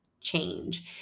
change